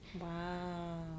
Wow